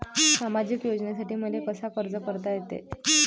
सामाजिक योजनेसाठी मले कसा अर्ज करता येईन?